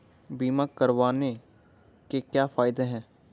बीमा करवाने के क्या फायदे हैं?